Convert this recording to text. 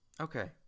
Okay